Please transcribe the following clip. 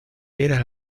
era